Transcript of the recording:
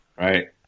Right